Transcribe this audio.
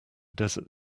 desert